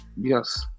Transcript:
yes